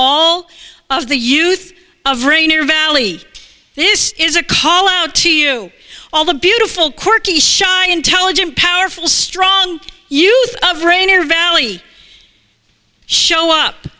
all of the youth of rainier valley this is a call out to you all the beautiful corky shy intelligent powerful strong youth of rain or valley show up